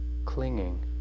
Clinging